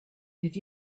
did